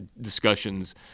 discussions